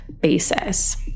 basis